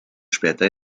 später